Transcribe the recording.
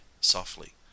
softly